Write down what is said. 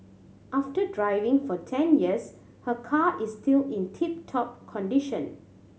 after driving for ten years her car is still in tip top condition